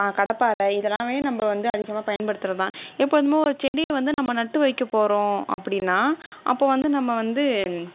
கடப்பாரை இதெல்லாமே நம்ப வந்து அதிகமாக பயன்படுத்துகிறதுதான் எப்பொழுதுமே ஒரு செடியை வந்து நம்ம நட்டு வைக்க போகிறோம் அப்படினா அப்போ வந்து நம்ம வந்து